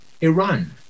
Iran